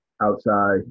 outside